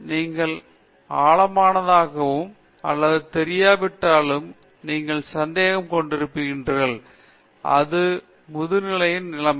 நீங்கள் ஆழமானவையோ அல்லது தெரியாவிட்டாலும் நீங்கள் சந்தேகம் கொண்டிருப்பீர்கள் அது முதுநிலைகளின் நிலைமை